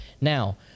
Now